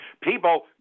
people